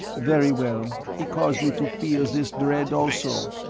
very well, he caused me to feel this dread, also.